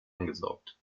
angesaugt